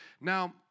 Now